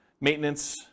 maintenance